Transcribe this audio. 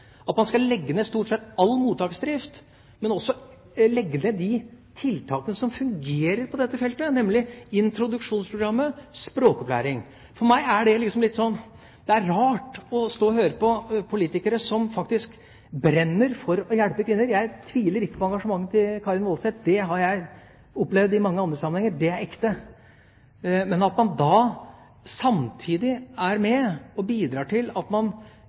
Man skal legge ned stort sett all mottaksdrift, men også legge ned de tiltakene som fungerer på dette feltet, nemlig introduksjonsprogrammet og språkopplæring. For meg er det rart å stå og høre på politikere som faktisk brenner for å hjelpe kvinner – jeg tviler ikke på engasjementet til Karin Woldseth, det har jeg opplevd i mange andre sammenhenger er ekte – men samtidig er med og bidrar til at man